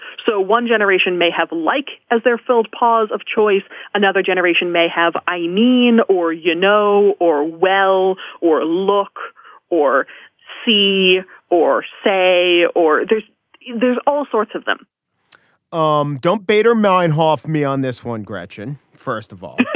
so one generation may have like as they're filled pores of choice another generation may have i mean or you know or well or look or see or say or there's there's all sorts of them um don't beta mind half me on this one gretchen first of all.